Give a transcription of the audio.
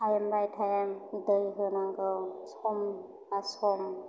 time by time दै होनांगौ सम बा सम